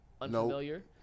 Unfamiliar